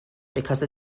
because